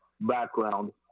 background